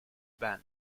band